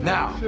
Now